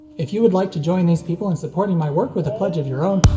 if you would like to join these people in supporting my work with a pledge of your own,